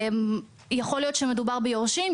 יכול להיות שמדובר ביורשים,